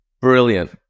brilliant